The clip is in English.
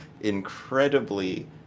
incredibly